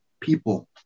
people